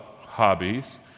hobbies